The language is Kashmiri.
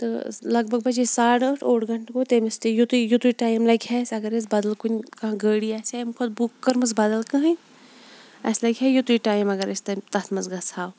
تہٕ لَگ بَگ بَجے ساڈٕ ٲٹھ اوٚڈ گَنٹہٕ گوٚو تٔمِس تہِ یِتُے یِتُے ٹایِم لَگہِ ہا اَسہِ اَگَر أسۍ بَدَل کُنہِ کانٛہہ گٲڈۍ آسہِ ہا امہِ کھۄتہٕ بُک کٔرمٕژ بَدَل کٕہٕنۍ اَسہِ لَگہِ ہا یِتُے ٹایِم اَگَر أسۍ تَتھ مَنٛز گَژھٕ ہَو